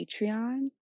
Patreon